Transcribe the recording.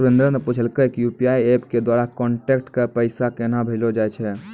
सुरेन्द्र न पूछलकै कि यू.पी.आई एप्प के द्वारा कांटैक्ट क पैसा केन्हा भेजलो जाय छै